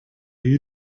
you